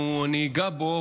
אני אגע בו,